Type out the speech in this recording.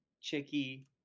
chicky